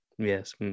Yes